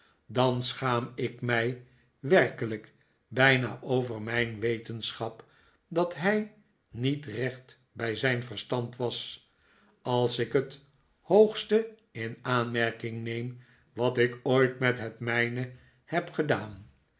dan schaam ik mij werkelijk bijna over mijn wetenschap dat hij niet recht bij zijn verstand was als ik het hoogste in aanmerking neem wat ik ooit met het mijne heb gedaan